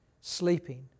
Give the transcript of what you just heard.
sleeping